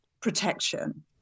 protection